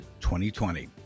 2020